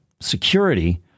security